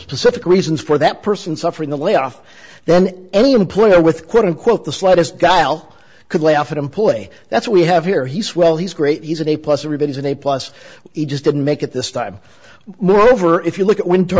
specific reasons for that person suffering the layoff then any employer with quote unquote the slightest guile could layoff an employee that's what we have here he's well he's great he's an a plus everybody's an a plus he just didn't make it this time moreover if you look at winter